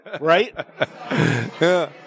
right